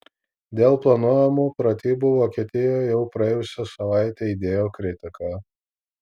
dėl planuojamų pratybų vokietijoje jau praėjusią savaitę aidėjo kritika